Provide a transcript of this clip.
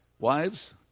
Wives